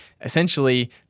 essentially